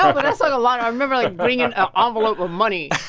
um but that's like a lot i remember, like, bringing an ah ah envelope with money.